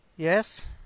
Yes